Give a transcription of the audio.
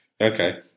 Okay